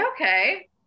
Okay